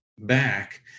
back